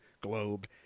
globe